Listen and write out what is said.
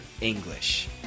English